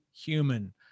human